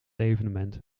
evenement